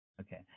Okay